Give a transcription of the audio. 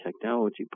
technology